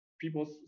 people